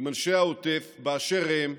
עם אנשי העוטף באשר הם,